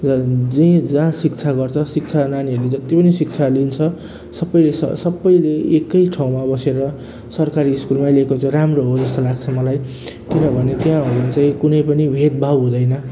र जे जहाँ शिक्षा गर्छ शिक्षा नानीहरूले जति पनि शिक्षा लिन्छ सबैले स सबैले एकै ठाउँमा बसेर सरकारी स्कुलमै लिएको चाहिँ राम्रो हो जस्तो हो लाग्छ मलाई किनभने त्यहाँ हुनु चाहिँ कुनै पनि भेदभाव हुँदैन